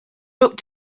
looked